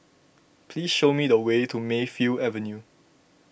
please show me the way to Mayfield Avenue